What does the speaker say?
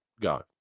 go